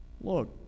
Look